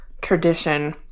tradition